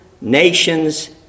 nations